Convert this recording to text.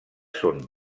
són